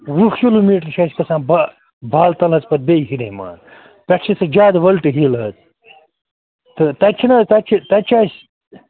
وُہ kilometre چھِ اَسہِ کھسان با بالتَلَس پٮ۪ٹھ بیٚیہِ ہِریمان پٮ۪ٹھ چھِ سُہ زیادٕ وٕلٹہٕ ہِل حظ تہٕ تَتہِ چھِنہٕ حظ تَتہِ چھِ تَتہِ چھِ اَسہِ